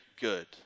good